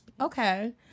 Okay